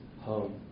home